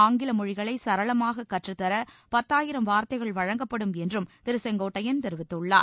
ஆங்கில மொழிகளை சரளமாக கற்றுத்தர பத்தாயிரம் வார்த்தைகள் வழங்கப்படும் என்றும் திரு செங்கோட்டையன் தெரிவித்துள்ளார்